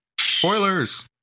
Spoilers